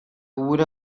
would